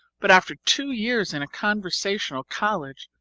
but after two years in a conversational college,